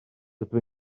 rydw